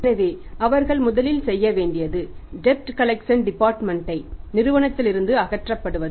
எனவே அவர்கள் முதலில் செய்ய வேண்டியது டெட் கலெக்சன் டிபார்ட்மென்ட் ஐ நிறுவனத்திலிருந்து அகற்றப்படுவது